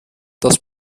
das